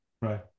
right